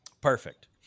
Perfect